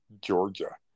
Georgia